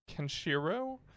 Kenshiro